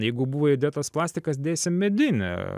jeigu buvo įdėtas plastikas dėsim medinę